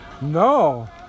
No